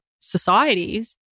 societies